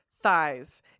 thighs